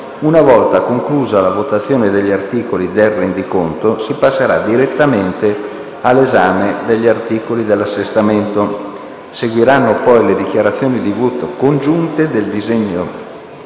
una volta concluso l'esame degli articoli del rendiconto si passerà direttamente alla discussione degli articoli dell'assestamento. Seguiranno poi le dichiarazioni di voto congiunte e avranno